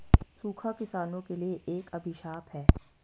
सूखा किसानों के लिए एक अभिशाप है